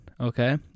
okay